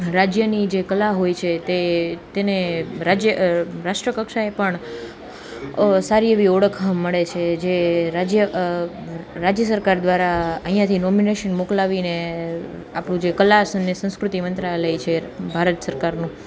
રાજ્યની જે કલા હોય છે તે તેને રાજ્ય રાષ્ટ્રકક્ષાએ પણ સારી એવી ઓળખ મળે છે જે રાજ્ય રાજ્ય સરકાર દ્વારા અહીંથી નૉમિનેશન મોકલાવીને આપણું જે કલા અને સંસ્કૃતિ મંત્રાલય છે ભારત સરકારનું